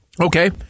Okay